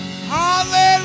Hallelujah